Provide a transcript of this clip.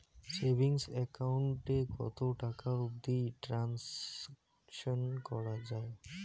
Savings account এ কতো টাকা অবধি ট্রানসাকশান করা য়ায়?